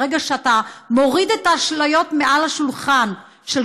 ברגע שאתה מוריד מעל השולחן את האשליות